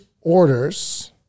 orders